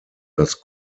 das